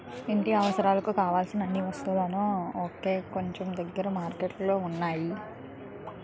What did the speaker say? ఇంటి అవసరాలకు కావలసిన అన్ని వస్తువులు ఒకే చోట దొరికే మార్కెట్లు ఉన్నాయి